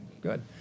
good